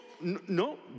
no